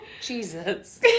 Jesus